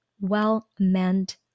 well-meant